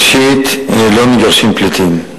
ראשית, לא מגרשים פליטים.